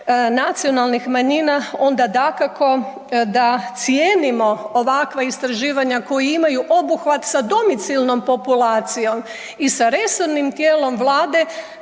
nacionalnih manjina onda dakako da cijenimo ovakva istraživanja koja imaju obuhvat sa domicilnom populacijom i sa resornim tijelom Vlade